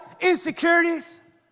insecurities